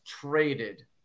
traded